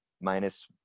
minus